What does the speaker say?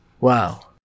Wow